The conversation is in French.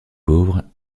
pauvres